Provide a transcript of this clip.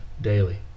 daily